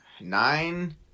nine